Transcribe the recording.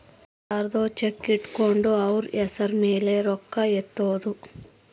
ಯರ್ದೊ ಚೆಕ್ ಇಟ್ಕೊಂಡು ಅವ್ರ ಹೆಸ್ರ್ ಮೇಲೆ ರೊಕ್ಕ ಎತ್ಕೊಳೋದು